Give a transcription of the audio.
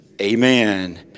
amen